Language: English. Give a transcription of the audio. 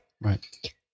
Right